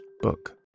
book